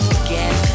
again